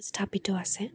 স্থাপিত আছে